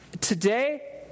Today